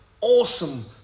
awesome